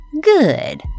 Good